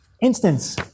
instance